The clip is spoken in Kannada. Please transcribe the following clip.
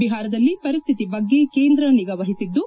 ಬಿಹಾರದಲ್ಲಿ ಪರಿಸ್ಥಿತಿ ಬಗ್ಗೆ ಕೇಂದ್ರ ನಿಗಾ ವಹಿಸಿದ್ದು